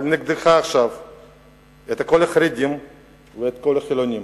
אבל נגדך עכשיו כל החרדים וכל החילונים,